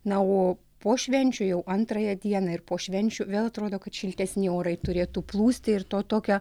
na o po švenčių jau antrąją dieną ir po švenčių vėl atrodo kad šiltesni orai turėtų plūsti ir to tokio